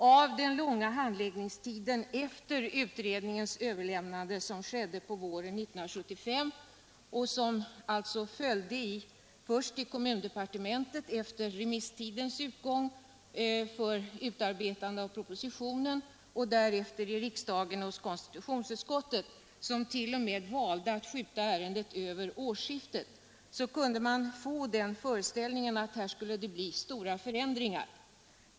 Av den långa handläggningstiden efter utredningens överlämnande som skedde på våren 1975 — först i kommundepartementet efter remisstidens utgång för utarbetande av propositionen och därefter i riksdagen hos konstitutionsutskottet, som t.o.m. valde att skjuta ärendet över årsskiftet — kunde man få den föreställningen att det skulle bli stora förändringar.